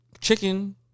chicken